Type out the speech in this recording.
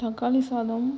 தக்காளி சாதம்